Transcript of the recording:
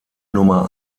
nummer